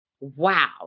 Wow